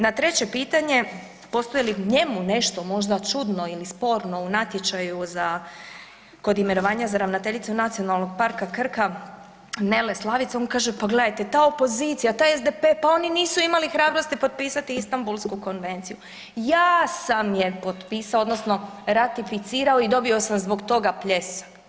Na treće pitanje postaje li njemu nešto možda čudno ili sporno u natječaju za kod imenovanja za ravnateljicu NP Krka Nele Slavice on kaže, pa gledajte ta opozicija, taj SDP, pa oni nisu imali hrabrosti potpisati Istambulsku konvenciju, ja sam je potpisao odnosno ratificirao i dobio sam zbog toga pljesak.